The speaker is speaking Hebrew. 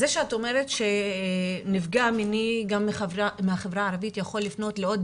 זה שאת אומרת שנפגע מיני גם מהחברה הערבית יכול לפנות לעוד